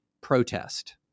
protest